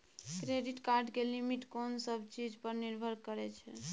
Credit card के limit कोन सब चीज पर निर्भर करै छै?